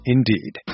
Indeed